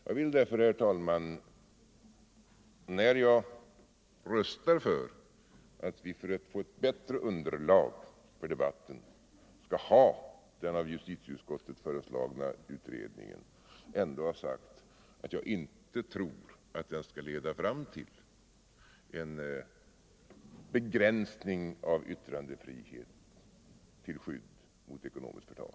Jag vill därför, herr talman, när jag röstar för att vi i syfte att få ett bättre underlag för debatten skall genomföra den av justitieutskottet föreslagna utredningen, ändå ha sagt att jag inte tror att den skall leda fram till en begränsning av yttrandefriheten till skydd mot ekonomiskt förtal.